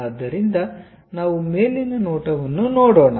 ಆದ್ದರಿಂದ ನಾವು ಮೇಲಿನ ನೋಟವನ್ನುನೋಡೋಣ